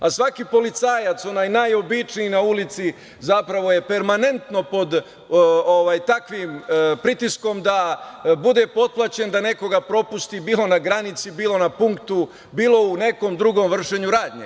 A svaki policajac, onaj najobičniji na ulici, zapravo je permanentno pod takvim pritiskom da bude potplaćen da nekoga propusti, bilo na granici, bilo na punktu, bilo u nekom drugom vršenju radnje.